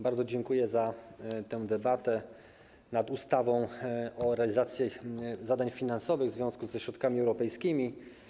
Bardzo dziękuję za tę debatę nad ustawą o realizacji zadań finansowych ze środków europejskich.